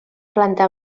planta